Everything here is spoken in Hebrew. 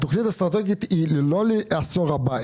התכנית האסטרטגית היא לא לעשור הבא,